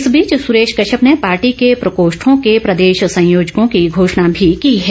इस बीच सुरेश कश्यप ने पार्टी के प्रकोष्ठों के प्रदेश संयोजकों की घोषणा भी की है